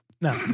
no